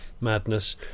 madness